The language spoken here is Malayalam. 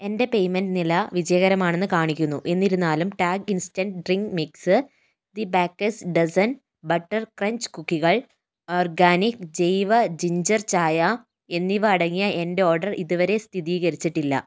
എന്റെ പേയ്മെൻറ്റ് നില വിജയകരമാണെന്ന് കാണിക്കുന്നു എന്നിരുന്നാലും tag instant drink mix the bakers dozen butter crunch കുക്കികൾ ഓർഗാനിക് ജൈവ ജിൻജർ ചായ എന്നിവ അടങ്ങിയ എന്റെ ഓർഡർ ഇതുവരെ സ്ഥിതീകരിച്ചിട്ടില്ല